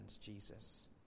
Jesus